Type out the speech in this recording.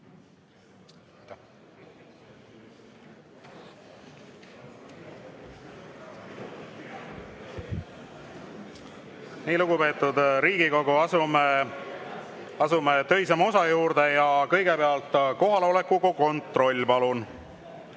Nii, lugupeetud Riigikogu, asume töisema osa juurde. Ja kõigepealt kohaloleku kontroll, palun!